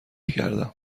کردم